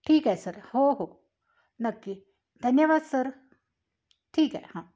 ठीक आहे सर हो हो नक्की धन्यवाद सर ठीक आहे हां